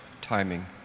timing